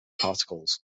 particles